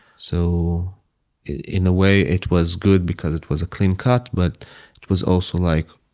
so in a way it was good because it was a clean cut, but it was also like,